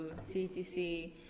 CTC